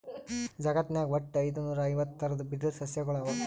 ಜಗತ್ನಾಗ್ ವಟ್ಟ್ ಐದುನೂರಾ ಐವತ್ತ್ ಥರದ್ ಬಿದಿರ್ ಸಸ್ಯಗೊಳ್ ಅವಾ